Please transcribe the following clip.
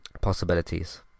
Possibilities